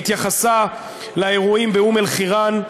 התייחסה לאירועים באום-אלחיראן,